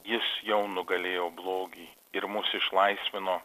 jis jau nugalėjo blogį ir mus išlaisvino